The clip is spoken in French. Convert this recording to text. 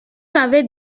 avez